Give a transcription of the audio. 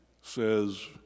says